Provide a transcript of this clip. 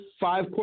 five